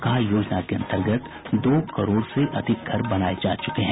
कहा योजना के अंतर्गत दो करोड़ से अधिक घर बनाए जा चुके हैं